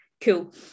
Cool